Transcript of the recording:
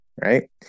right